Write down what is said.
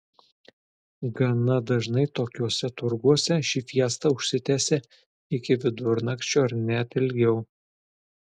gana dažnai tokiuose turguose ši fiesta užsitęsia iki vidurnakčio ar net ilgiau